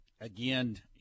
Again